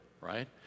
right